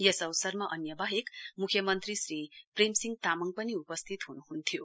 यस अवसरमा अन्य वाहेक म्ख्यमन्त्री श्री प्रेमसिंह तामङ पनि उपस्थित हुनुहुन्थ्यो